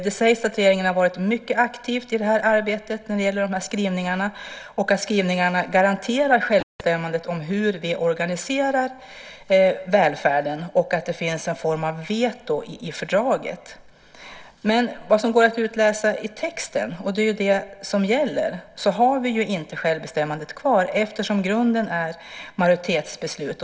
Det sägs att regeringen har varit mycket aktiv i arbetet med skrivningarna och att skrivningarna garanterar självbestämmandet i fråga om hur vi organiserar välfärden och att det finns en form av veto i fördraget. Vad som går att utläsa i texten - och det är den som gäller - är att vi inte har självbestämmandet kvar eftersom grunden är majoritetsbeslut.